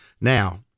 Now